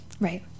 Right